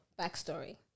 backstory